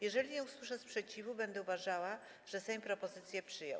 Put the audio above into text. Jeżeli nie usłyszę sprzeciwu, będę uważała, że Sejm propozycje przyjął.